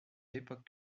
l’époque